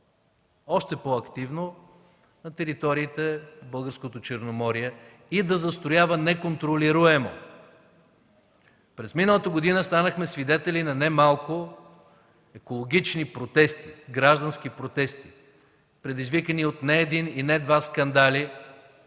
още по-активно на територии по българското Черноморие и да застроява неконтролируемо. През миналата година станахме свидетели на немалко екологични протести, граждански протести, предизвикани от не един и не два скандали